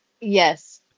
Yes